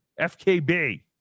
FKB